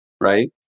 right